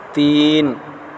تین